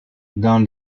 dans